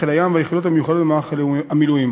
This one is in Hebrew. חיל הים והיחידות המיוחדות במערך המילואים.